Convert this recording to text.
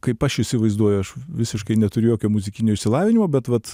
kaip aš įsivaizduoju aš visiškai neturiu jokio muzikinio išsilavinimo bet vat